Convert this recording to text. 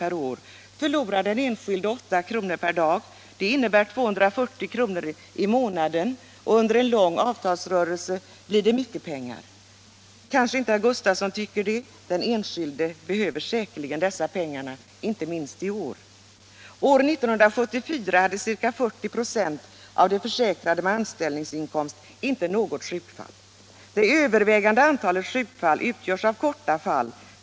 per år förlorar den enskilde 8 kr. per dag, vilket innebär 240 kr. i månaden. Under en lång avtalsrörelse blir det mycket pengar. Kanske herr Gustavsson inte tycker det. Men den enskilde behöver säkerligen dessa pengar, inte minst i år. något sjukfall. Det överväldigande antalet sjukfall utgjordes av korta fall.